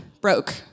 broke